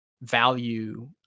value